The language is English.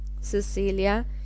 cecilia